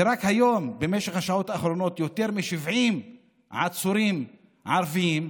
ורק היום במשך השעות האחרונות יותר מ-70 עצורים ערביים,